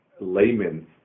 layman